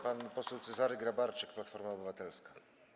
Pan poseł Cezary Grabarczyk, Platforma Obywatelska.